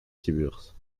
tiburce